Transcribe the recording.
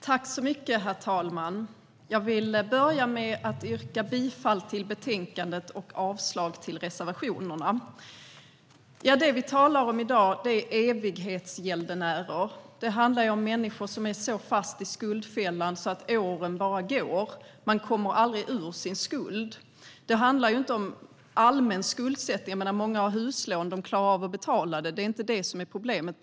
Herr talman! Jag vill börja med att yrka bifall till utskottets förslag i betänkandet och avslag på reservationerna. Det vi talar om i dag är evighetsgäldenärer. Det handlar om människor som är fast i skuldfällan - och åren bara går. De kommer aldrig ur sin skuld. Det handlar inte om allmän skuldsättning. Många har huslån och klarar av det. Det är inte det som är problemet.